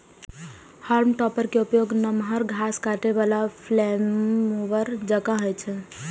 हाल्म topper के उपयोग नमहर घास काटै बला फ्लेम मूवर जकां होइ छै